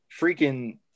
Freaking